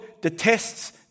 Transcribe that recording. detests